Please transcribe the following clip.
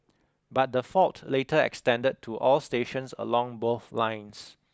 but the fault later extended to all stations along both lines